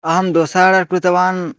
अहं दोसा ओड कृतवान्